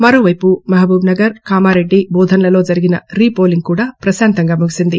మరోపైపు మహబూబ్ నగర్ కామారెడ్డి బోధన్ లలో జరిగిన రీపోలింగ్ కూడా ప్రశాంతంగా ముగిసింది